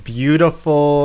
beautiful